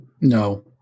No